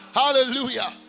hallelujah